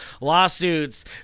lawsuits